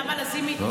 נעמה לזימי,